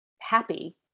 happy